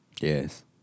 Yes